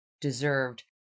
deserved